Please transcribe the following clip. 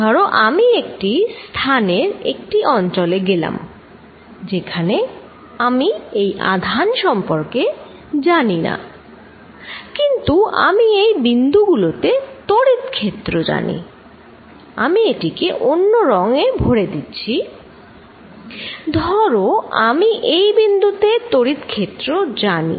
ধরো আমি একটি স্থানের একটি অঞ্চলে গেলাম যেখানে আমি এই আধান সম্পর্কে জানি না কিন্তু আমি এই বিন্দু গুলোতে তড়িৎ ক্ষেত্র জানি আমি এটিকে অন্য রঙে ভরে দিচ্ছি ধরো আমি এই বিন্দুতে তড়িৎ ক্ষেত্র জানি